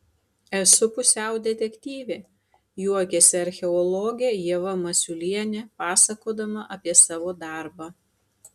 esu pusiau detektyvė juokiasi archeologė ieva masiulienė pasakodama apie savo darbą